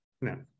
no